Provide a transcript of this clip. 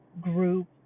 group